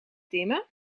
dimmen